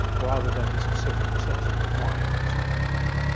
rather than be specific for cells that divide, or something like that.